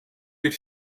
bir